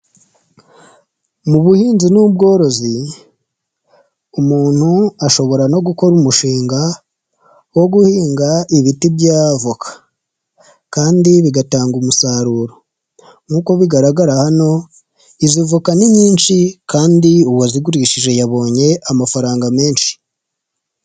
Mu buhinzi n'ubworozi, umuntu ashobora no gukora umushinga wo guhinga ibiti bya avoka kandi bigatanga umusaruro. Nkuko bigaragara hano, izo voka ni nyinshi kandi uwazigurishije yabonye amafaranga menshi.